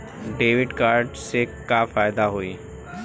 Debit card से का फायदा होई?